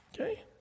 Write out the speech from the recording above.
Okay